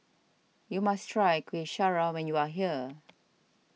you must try Kuih Syara when you are here